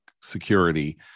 security